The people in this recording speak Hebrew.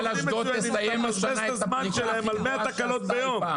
ואתה מבזבז את הזמן שלהם על מאה תקלות ביום.